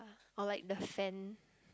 or like the fan